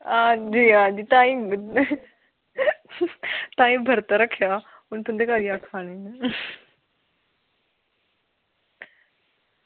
आह्गी आह्गी टैम लग्गग ताहीं बर्त रक्खे दा ते हून तुंदे घर ई खानी ऐ